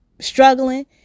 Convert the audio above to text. struggling